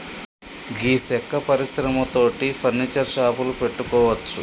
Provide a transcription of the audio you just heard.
గీ సెక్క పరిశ్రమ తోటి ఫర్నీచర్ షాపులు పెట్టుకోవచ్చు